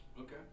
Okay